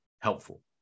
helpful